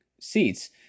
seats